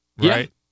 Right